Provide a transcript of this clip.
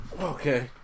Okay